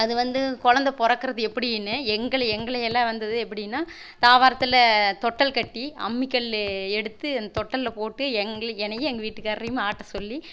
அது வந்து குழந்த பிறக்கறது எப்படின்னு எங்களை எங்களையெல்லாம் வந்து எப்படின்னா தாவாரத்தில் தொட்டில் கட்டி அம்மி கல் எடுத்து அந்த தொட்டில்ல போட்டு எங்களுக்கு என்னையும் எங்கள் வீட்டுகாரரையும் ஆட்ட சொல்லி